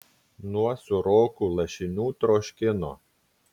nuo sūrokų lašinių troškino